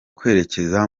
kwerekeza